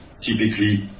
typically